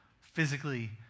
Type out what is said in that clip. physically